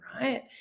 right